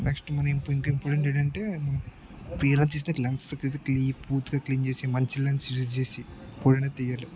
next మనం ఇంకా important ఏంటంటే క్లియర్గా తీస్తే లెన్స్కి పూర్తిగా క్లీన్ చేసి మంచి లెన్స్ యూస్ చేసి ఫోటోని తీయాలి తీయ్యరు